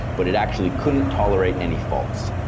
but it actually couldn't tolerate any faults.